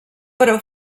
però